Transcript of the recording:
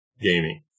gaming